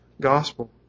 gospel